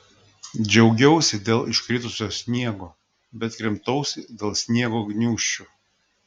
džiaugiausi dėl iškritusio sniego bet krimtausi dėl sniego gniūžčių